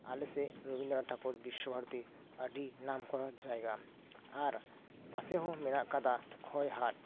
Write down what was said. ᱟᱞᱮ ᱥᱮᱫ ᱨᱚᱵᱤᱱᱫᱨᱚ ᱱᱟᱛᱷ ᱴᱷᱟᱠᱩᱨ ᱵᱤᱥᱥᱚ ᱵᱷᱟᱨᱚᱛᱤ ᱟᱹᱰᱤ ᱱᱟᱢ ᱠᱚᱨᱟ ᱡᱟᱭᱜᱟ ᱯᱟᱥᱮ ᱦᱚᱸ ᱢᱮᱱᱟᱜ ᱟᱠᱟᱫᱟ ᱠᱷᱳᱣᱟᱭ ᱦᱟᱴ